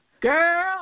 Girl